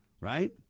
right